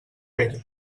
pérez